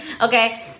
okay